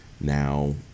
now